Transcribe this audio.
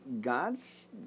God's